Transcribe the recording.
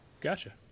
Gotcha